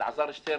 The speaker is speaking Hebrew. ואלעזר שטרן